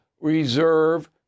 reserve